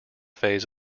phase